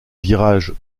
virage